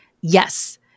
yes